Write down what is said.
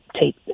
take